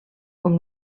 com